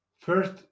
First